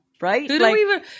Right